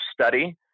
study